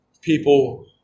People